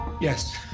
Yes